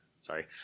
Sorry